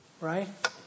right